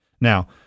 Now